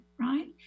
right